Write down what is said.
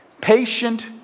patient